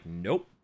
nope